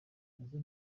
nazo